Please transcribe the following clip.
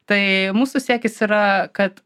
tai mūsų siekis ir yra kad